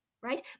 right